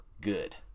good